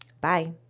Bye